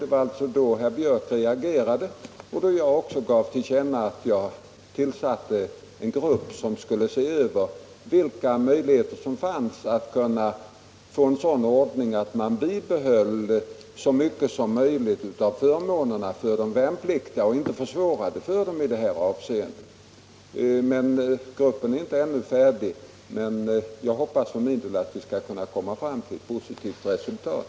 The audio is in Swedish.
Det var då som herr Björk i Gävle reagerade och som jag gav till känna att jag tillsatt en grupp som skulle se över möjligheterna att få en ordning, där man bibehåller så mycket som möjligt av förmånerna för de värnpliktiga utan att försvåra för dem i det här hänseendet. Gruppen är ännu inte färdig, men jag hoppas för min del att vi skall kunna komma fram till ett positivt resultat.